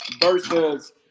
versus